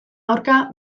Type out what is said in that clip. aurka